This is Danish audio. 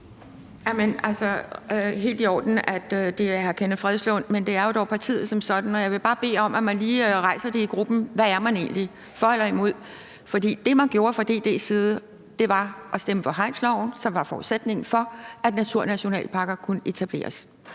Kenneth Fredslund Petersen – men det er dog partiet som sådan. Og jeg vil bare bede om, at man lige rejser det i gruppen, altså hvad man egentlig er; er man for eller imod? For det, man gjorde fra DD's side, var at stemme for hegnsloven, som var forudsætningen for, at naturnationalparker kunne etableres.